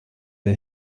der